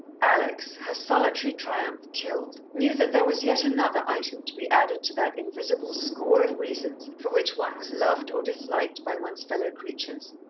alex, her solitary triumph killed, knew that there was yet another item to be added to that invisible score of reasons for which one was loved or disliked by one's fellow-creatures.